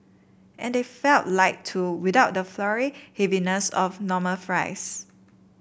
and they felt light too without the floury heaviness of normal fries